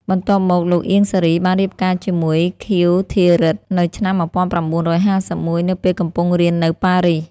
បន្ទាប់មក លោក អៀង សារី បានរៀបការជាមួយ ខៀវ ធីរិទ្ធិ នៅឆ្នាំ១៩៥១ នៅពេលកំពុងរៀននៅប៉ារីស។